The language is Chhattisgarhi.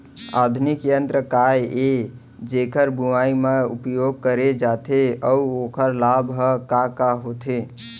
आधुनिक यंत्र का ए जेकर बुवाई म उपयोग करे जाथे अऊ ओखर लाभ ह का का होथे?